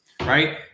right